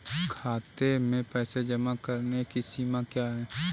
खाते में पैसे जमा करने की सीमा क्या है?